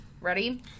Ready